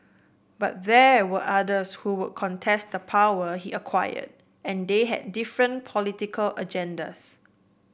but there were others who would contest the power he acquired and they had different political agendas